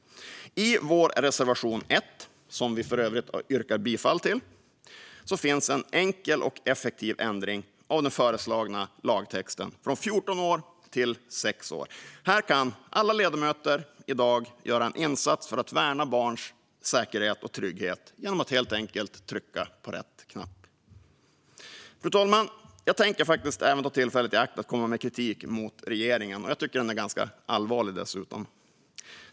I vår reservation 1, som jag för övrigt yrkar bifall till, finns en enkel och effektiv ändring av den föreslagna lagtexten, från 14 år till 6 år. Här kan alla ledamöter i dag göra en insats för att värna barns säkerhet genom att helt enkelt trycka på rätt knapp. Fru talman! Jag tänker även ta tillfället i akt att komma med kritik mot regeringen, och den är dessutom ganska allvarlig.